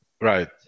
Right